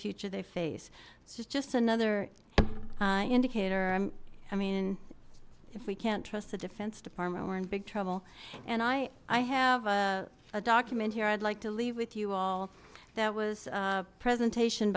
future they face this is just another indicator i'm i mean if we can't trust the defense department we're in big trouble and i i have a document here i'd like to leave with you all that was a presentation